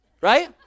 right